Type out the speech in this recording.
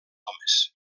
homes